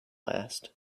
last